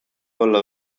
olla